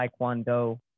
taekwondo